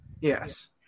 Yes